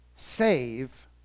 save